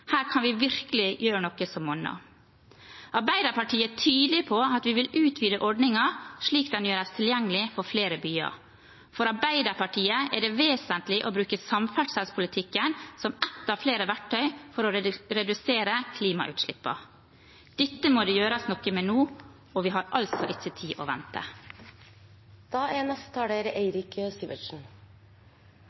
Her kan vi virkelig gjøre noe som monner. Arbeiderpartiet er tydelig på at vi vil utvide ordningen, slik at den gjøres tilgjengelig for flere byer. For Arbeiderpartiet er det vesentlig å bruke samferdselspolitikken som ett av flere verktøy for å redusere klimautslippene. Dette må det gjøres noe med nå, og vi har altså ikke tid til å vente. Klima står sentralt i denne debatten, og det er